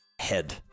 head